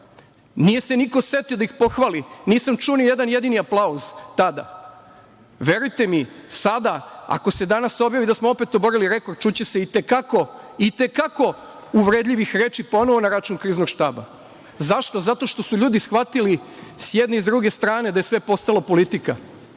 Nije se niko setio da ih pohvali. Nisam čuo ni jedan jedini aplauz tada. Verujte mi, sada ako se danas objavi da smo opet oborili rekord čuće se i te kako uvredljivih reči ponovo na račun Kriznog štaba. Zašto? Zato što su ljudi shvatili sa jedne i druge strane da je sve postalo politika. Ono